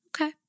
Okay